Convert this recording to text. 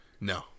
No